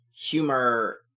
humor